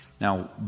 Now